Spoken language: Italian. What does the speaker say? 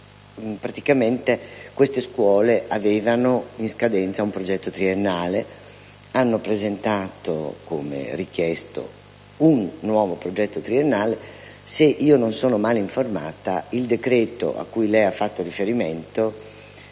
elusione. Queste scuole, infatti, avevano in scadenza un progetto triennale e hanno presentato - come richiesto - un nuovo progetto triennale; se non sono male informata, il decreto cui lei ha fatto riferimento